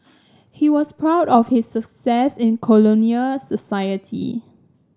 he was proud of his success in colonial society